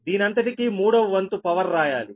దీనంతటికీ మూడవ వంతు పవర్ రాయాలి